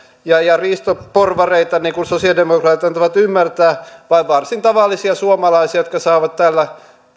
ja ja riistoporvareita niin kuin sosialidemokraatit antavat ymmärtää vaan varsin tavallisia suomalaisia jotka saavat tällä